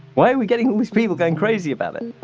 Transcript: why are we getting all these people going crazy about it?